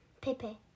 Pepe